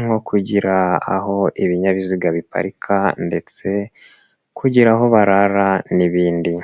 nko kugira aho ibinyabiziga biparika ndetse kugira aho barara n'ibindi.